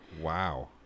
Wow